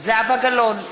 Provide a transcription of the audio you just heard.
זהבה גלאון,